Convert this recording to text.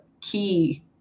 key –